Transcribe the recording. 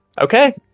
Okay